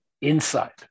inside